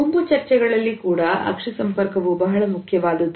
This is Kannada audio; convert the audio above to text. ಗುಂಪು ಚರ್ಚೆಗಳಲ್ಲಿ ಕೂಡ ಅಕ್ಷಿ ಸಂಪರ್ಕವು ಬಹಳ ಮುಖ್ಯವಾದದ್ದು